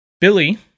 Billy